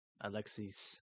Alexis